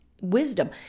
wisdom